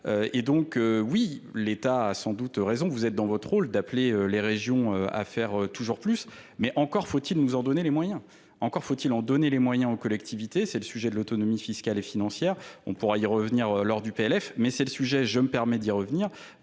et donc oui l'état a sans doute raison vous êtes dans votre rôle d'appeler les régions à faire toujours plus mais encore faut il nous en donner les moyens encore faut il en donner les moyens aux collectivités c'est le sujet de l'autonomie fiscale et financière on pourra y revenir lors du l f mais c'est le sujet je me permets d'y revenir